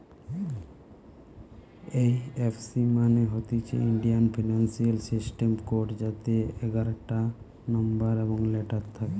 এই F C মানে হতিছে ইন্ডিয়ান ফিনান্সিয়াল সিস্টেম কোড যাতে এগারটা নম্বর এবং লেটার থাকে